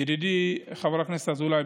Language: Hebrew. ידידי חבר הכנסת אזולאי,